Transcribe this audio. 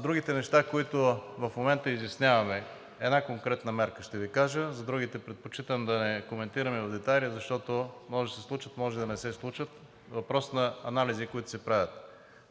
Другите неща, които в момента изясняваме – една конкретна мярка ще Ви кажа, за другите предпочитам да не коментираме в детайли, защото може да се случат, може да не се случат, въпрос на анализи, които се правят,